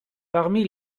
parmi